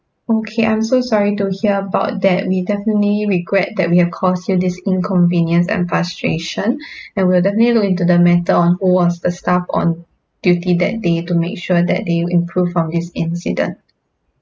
okay I'm so sorry to hear about that we definitely regret that we have caused you this inconvenience and frustration and we'll definitely look into the matter on who was the staff on duty that day to make sure that they will improve on this incident